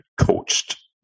coached